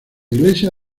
iglesia